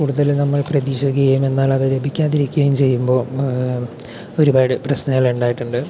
കൂടുതല് നമ്മൾ പ്രതീക്ഷിക്കുകയും എന്നാൽ അത് ലഭിക്കാതിരിക്കുകയും ചെയ്യുമ്പോൾ ഒരുപാട് പ്രശ്നങ്ങളുണ്ടായിട്ടുണ്ട്